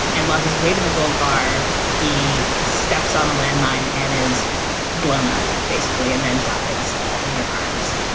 and while he's waving a gold bar, he steps on a landmine and is blown up basically, and then dies in their arms.